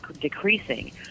decreasing